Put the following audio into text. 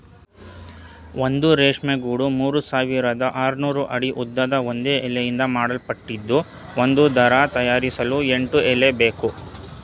ಒಂದು ರೇಷ್ಮೆ ಗೂಡು ಮೂರ್ಸಾವಿರದ ಆರ್ನೂರು ಅಡಿ ಉದ್ದದ ಒಂದೇ ಎಳೆಯಿಂದ ಮಾಡಲ್ಪಟ್ಟಿದ್ದು ಒಂದು ದಾರ ತಯಾರಿಸಲು ಎಂಟು ಎಳೆಬೇಕು